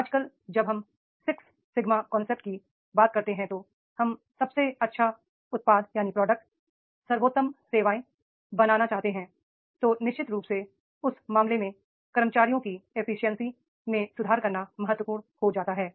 आजकल जब हम सिक्स सिगमा कॉन्सेप्ट की बात करते हैं तो हम सबसे अच्छा उत्पाद सर्वोत्तम सेवाएं बनाना चाहते हैं तो निश्चित रूप से उस मामले में कर्मचारियों की एफिशिएंसी में सुधार करना महत्वपूर्ण हो जाता है